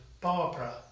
Barbara